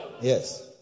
Yes